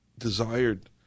desired